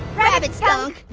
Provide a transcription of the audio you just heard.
rabid skunk.